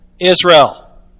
Israel